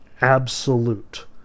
absolute